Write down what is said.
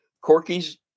Corky's